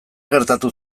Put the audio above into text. gertatu